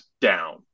down